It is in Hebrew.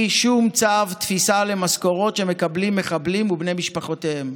שום צו תפיסה למשכורות שמקבלים מחבלים ובני משפחותיהם.